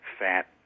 fat